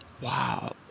Wow